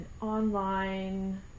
online